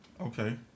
Okay